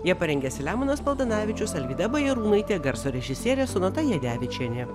ją parengė selemonas paltanavičius alvyda bajarūnaitė garso režisierė sonata jadevičienė